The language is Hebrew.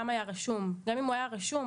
גם אם הוא היה רשום,